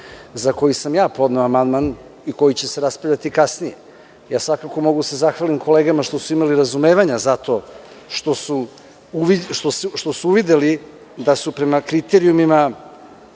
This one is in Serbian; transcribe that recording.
za koji sam ja podneo amandman i koji će se raspravljati kasnije. Svakako mogu da se zahvalim kolegama što su imali razumevanja za to što su uvideli da su svi kriterijumi